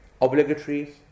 obligatory